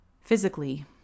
Physically